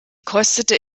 kostete